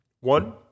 One